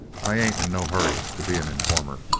i ain't in no hurry to be an informer.